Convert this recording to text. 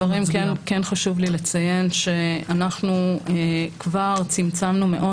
בפתח הדברים כן חשוב לי לציין שאנחנו כבר צמצמנו מאוד